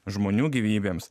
žmonių gyvybėms